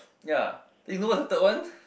ya then you know what's the third one